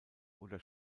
oder